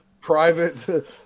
private